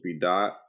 dot